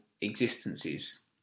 existences